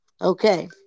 Okay